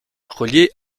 reliée